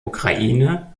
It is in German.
ukraine